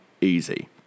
easy